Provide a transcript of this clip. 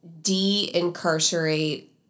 de-incarcerate